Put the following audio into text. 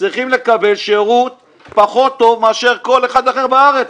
צריכים לקבל שירות פחות טוב מאשר כל אחד אחר בארץ,